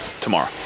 Tomorrow